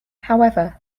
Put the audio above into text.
however